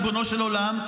ריבונו של עולם,